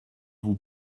vous